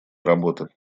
работы